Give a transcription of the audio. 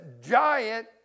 giant